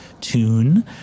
Tune